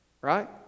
Right